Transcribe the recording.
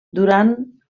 durant